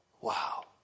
Wow